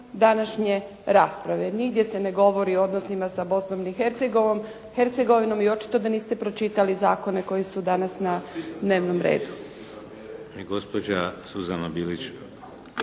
današnje rasprave. Nigdje se ne govori o odnosima sa Bosnom i Hercegovinom i očito da niste pročitali zakone koji su danas na dnevnom redu.